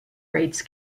rates